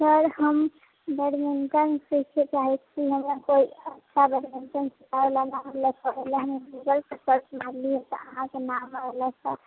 sir हम badminton सिखै चाहै छी हमरा कोइ अच्छा बैटमिंटन सिखाबै वला नाम गूगल पर सर्च करलियै तऽ अहाँके नाम अयलै